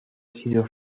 sido